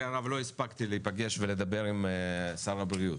הרב לא הספקתי להיפגש ולדבר עם שר הבריאות.